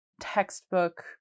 textbook